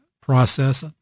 process